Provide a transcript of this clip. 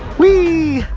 whee